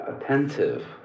attentive